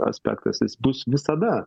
aspektas jis bus visada